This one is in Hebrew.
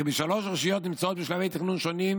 בשלוש רשויות נמצאות בשלבי תכנון שונים